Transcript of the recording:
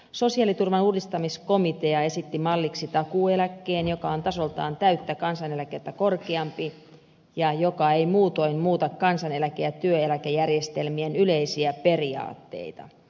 sosiaaliturvan uudistamiskomitea esitti malliksi takuueläkkeen joka on tasoltaan täyttä kansaneläkettä korkeampi ja joka ei muutoin muuta kansaneläke ja työeläkejärjestelmien yleisiä periaatteita